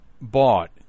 bought